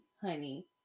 honey